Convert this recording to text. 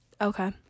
Okay